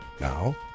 Now